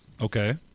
Okay